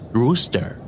rooster